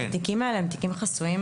התיקים האלה הם תיקים חסויים,